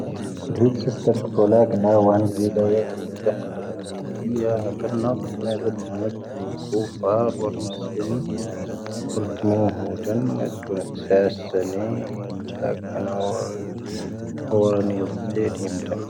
ⴽⵓⴷⵀⴻⴻⵜ ⵙⵢⵙⵜⴻⵎⵜ ⴼoⵍⴰ ⴳⵏⴰⵡⴰⵏ ⴱⵉⵍⴰⵢⴰⵜ ⵎⵓⵜⴰⵀⵉⴷⴰ ⴷⵀⴰ ⴰⵎⴻⵔⵉⴽⵉⴰ ⵀⴰⴽⴰⵔⵏⴰ ⵜⴰⵏⴻⵣⴰⴷ ⴷⵓⵏⴰⴷ ⵏⵉⵍ ⴽⵓⴼⴰ ⴳoⵔⵎⵙⵉⵏ ⵓⵔⵜⵎoⵀoⵓⴷⴰⵏ ⴰⴷ ⴷⵓⵏⴰⴷ ⵙⴰⵙⴰⵏⴻ ⴷⵀⴰ ⴳⵏⴰⵡⴰⵏ ⵀⴰⵡⴰⵔⴰⵏⵉ ⵜⵣⴻⵀⴷⵉ ⵎⵜⴰⴼ...